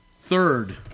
Third